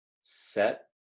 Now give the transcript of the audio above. set